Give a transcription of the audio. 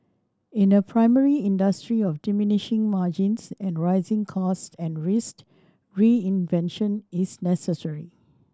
in a primary industry of diminishing margins and rising cost and risk reinvention is necessary